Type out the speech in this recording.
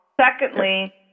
Secondly